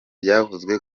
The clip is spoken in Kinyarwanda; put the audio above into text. byavuzwe